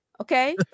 okay